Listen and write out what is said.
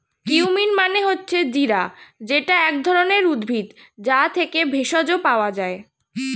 cumin মানে হচ্ছে জিরা যেটা এক ধরণের উদ্ভিদ, যা থেকে ভেষজ পাওয়া যায়